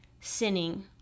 sinning